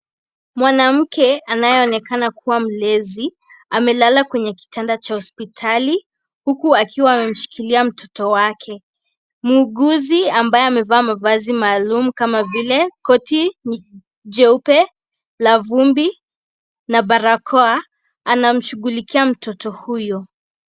Mwanamke anayeonekana kuwa mlezi, amelala kwenye kitanda cha hospitali huku akiwa amemshikilia mtoto wake. Muuguzi ambaye amevaa mavazi maalum kama vile koti jeupe la vumbi na barakoa anamshughulikia mtoto huyo.